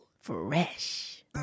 Fresh